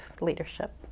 leadership